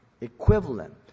equivalent